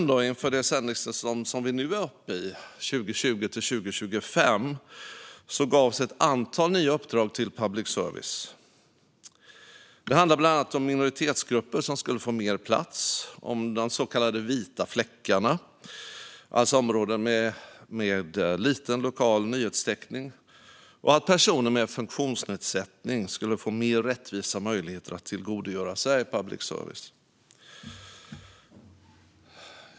Inför nuvarande sändningstillstånd, 2020-2025, gavs ett antal nya uppdrag till public service. Det handlade bland annat om att minoritetsgrupper skulle få mer plats och att personer med funktionsnedsättning skulle få mer rättvisa möjligheter att tillgodogöra sig public service. Det handlade också om de så kallade vita fläckarna, alltså områden med liten lokal nyhetstäckning.